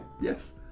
yes